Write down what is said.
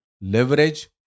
Leverage